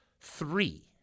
Three